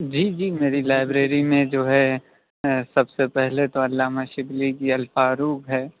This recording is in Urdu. جی جی میری لائبریری میں جو ہے سب سے پہلے تو علامہ شبلی کی الفاروق ہے